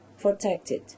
protected